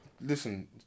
listen